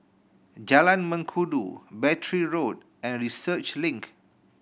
Jalan Mengkudu Battery Road and Research Link